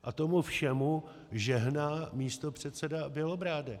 A tomu všemu žehná místopředseda Bělobrádek.